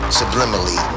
subliminally